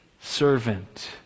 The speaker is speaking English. servant